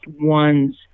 ones